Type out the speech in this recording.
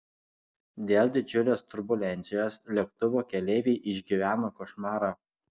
dėl didžiulės turbulencijos lėktuvo keleiviai išgyveno košmarą